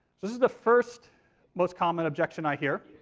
this is the first most common objection i hear.